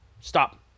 Stop